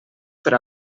per